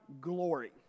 glory